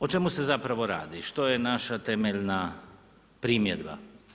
O čemu se zapravo radi, što je naša temeljna primjedba?